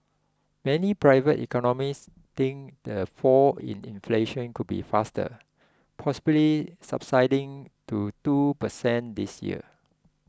many private economists think the fall in inflation could be faster possibly subsiding to two percent this year